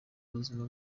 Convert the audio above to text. buzima